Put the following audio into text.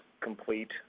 Complete